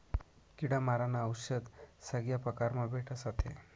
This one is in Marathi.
किडा मारानं औशद सगया परकारमा भेटस आते